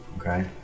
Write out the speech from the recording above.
Okay